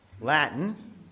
Latin